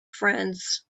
friends